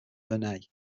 vernet